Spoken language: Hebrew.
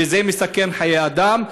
וזה מסכן חיי אדם,